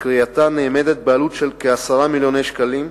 שכרייתה נאמדת בעלות של 10 מיליוני שקלים,